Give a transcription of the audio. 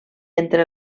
entre